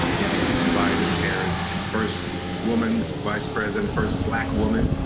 you know, biden and harris, the first woman vice-president, first black woman,